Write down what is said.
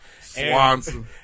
Swanson